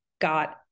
got